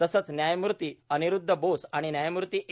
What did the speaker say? तसंच न्यायमूर्ती अनिरूद्ध बोस आणि न्यायमूर्ती ए